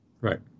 Right